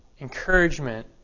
encouragement